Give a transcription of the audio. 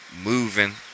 moving